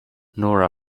nora